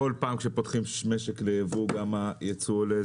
כל פעם כשפותחים משק ליבוא גם היצור עולה,